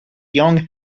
young